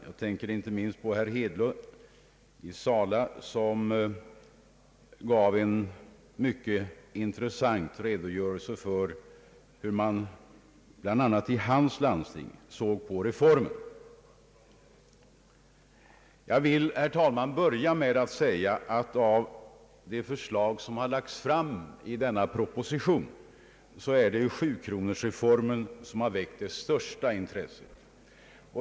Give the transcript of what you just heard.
Jag tänker inte minst på herr Hedlund i Sala som gav en mycket intressant redogörelse för hur man bl.a. i hans landsting såg på denna sjukvårdsreform. Jag vill, herr talman, börja med att säga att av de förslag som lagts fram i denna proposition är det 7-kronorsreformen som väckt det största intresset.